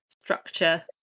structure